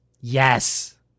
Yes